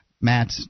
Matt